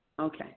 okay